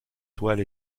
toile